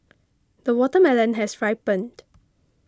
the watermelon has ripened